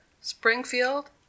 Springfield